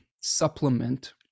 supplement